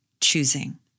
choosing